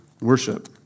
worship